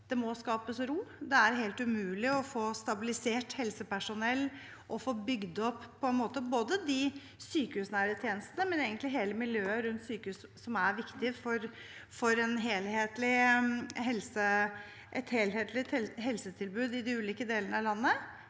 det må skapes ro. Det er helt umulig å få stabilisert helsepersonell og få bygd opp både de sykehusnære tjenestene og egentlig hele miljøet rundt sykehus som er viktig for et helhetlig helsetilbud i de ulike delene av landet,